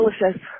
delicious